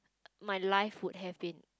my life would have been